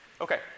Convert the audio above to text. okay